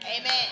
Amen